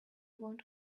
want